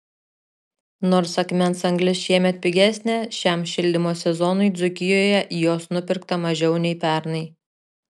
nors akmens anglis šiemet pigesnė šiam šildymo sezonui dzūkijoje jos nupirkta mažiau nei pernai